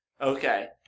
Okay